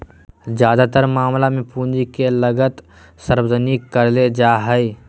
ज्यादातर मामला मे पूंजी के लागत सार्वजनिक करले जा हाई